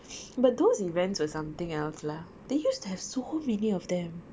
but those events were something else lah they used to have so many of them